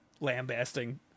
lambasting